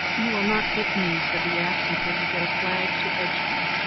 you will not get me, said the axe, until you get a flag to edge me.